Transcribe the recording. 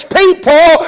people